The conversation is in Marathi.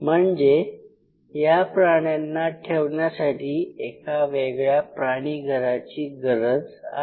म्हणजे या प्राण्यांना ठेवण्यासाठी एका वेगळ्या प्राणी घराची गरज आहे